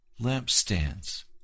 lampstands